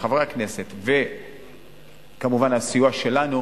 ועם חברי הכנסת וכמובן הסיוע שלנו,